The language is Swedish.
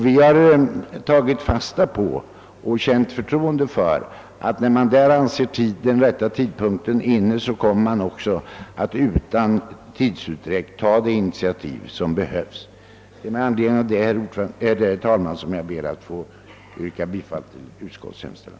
Vi har tagit fasta på och känt förtroende för att man, när man där anser rätta tidpunkten vara inne, också kommer att utan tidsutdräkt ta de initiativ som behövs. Med anledning därav ber jag, herr talman, att få yrka bifall till utskottets hemställan.